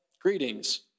Greetings